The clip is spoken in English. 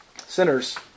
Sinners